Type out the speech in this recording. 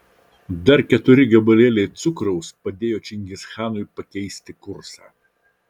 dar keturi gabalėliai cukraus padėjo čingischanui pakeisti kursą